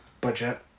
budget